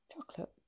Chocolate